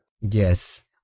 Yes